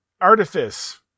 artifice